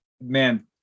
man